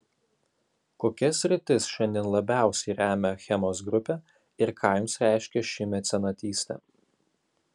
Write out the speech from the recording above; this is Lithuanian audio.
kokias sritis šiandien labiausiai remia achemos grupė ir ką jums reiškia ši mecenatystė